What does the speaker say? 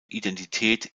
identität